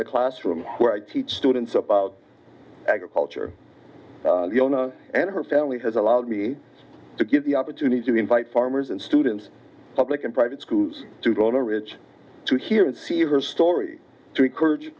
the classroom where i teach students about agriculture the owner and her family has allowed me to get the opportunity to invite farmers and students public and private schools to draw a rich to hear and see her story to encourage